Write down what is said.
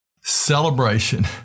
Celebration